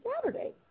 Saturday